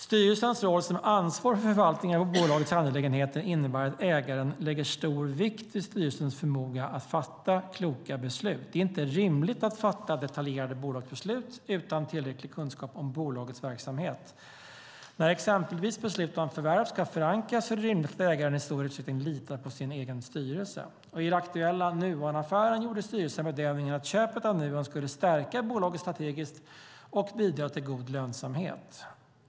Styrelsens roll som ansvarig för förvaltningen av bolagets angelägenheter innebär att ägaren lägger stor vikt vid styrelsens förmåga att fatta kloka beslut. Det är inte rimligt att fatta detaljerade bolagsbeslut utan tillräcklig kunskap om bolagets verksamhet. När exempelvis beslut om förvärv ska förankras är det rimligt att ägaren i stor utsträckning litar på sin egen styrelse. I den aktuella Nuonaffären gjorde styrelsen bedömningen att köpet av Nuon skulle stärka bolaget strategiskt och bidra till god lönsamhet.